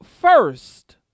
first